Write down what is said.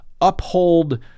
uphold